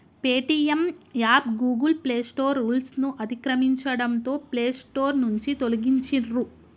Paytm app Google Play Store రూల్స్ను అతిక్రమించడంతో Play Store నుంచి తొలగించిర్రు